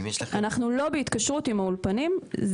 אנחנו לא בהתקשרות עם האולפנים.